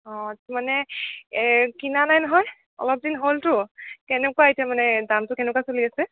অঁ মানে কিনা নাই নহয় অলপ দিন হ'লতো কেনেকুৱা এতিয়া মানে দামটো কেনেকুৱা চলি আছে